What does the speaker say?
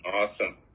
Awesome